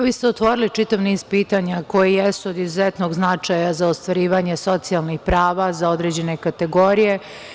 Vi ste otvorili čitav niz pitanja koji jesu od izuzetnog značaja za ostvarivanje socijalnih prava za određene kategorije.